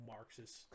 Marxist